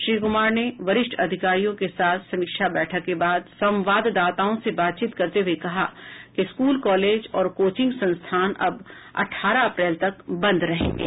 श्री कुमार ने वरिष्ठ अधिकारियों के साथ समीक्षा बैठक के बाद संवाददाताओं से बातचीत करते हुए कहा कि स्कूल कॉलेज और कोचिंग संस्थान अब अठारह अप्रैल तक बंद रहेंगे